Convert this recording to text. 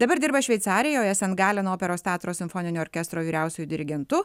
dabar dirba šveicarijoje sent galeno operos teatro simfoninio orkestro vyriausiuoju dirigentu